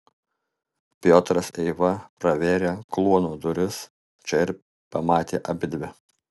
piotras eiva pravėrė kluono duris čia ir pamatė abidvi